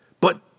But